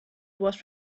was